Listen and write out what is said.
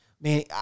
man